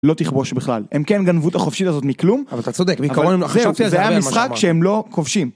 לא תכבוש בכלל הם כן גנבו את החופשית הזאת מכלום אבל -אתה צודק, חשבתי על זה הרבה על מה שאמרת -אבל בעיקרון זה המשחק שהם לא כובשים.